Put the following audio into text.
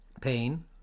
Pain